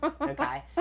okay